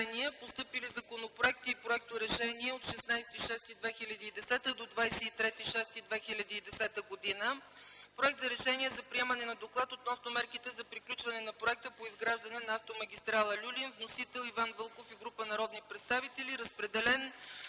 Постъпили законопроекти и проекторешения от 16 юни 2010 г. до 23 юни 2010 г.: - Проект за Решение за приемане на Доклад относно мерките за приключване на проекта по изграждане на автомагистрала „Люлин”. Вносител – Иван Вълков и група народни представители. Разпределен